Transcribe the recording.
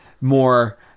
more